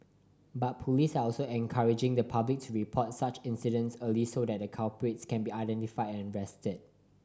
but police also encouraging the public to report such incidents early so that culprits can be identified and arrested